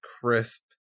crisp